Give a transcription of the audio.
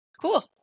cool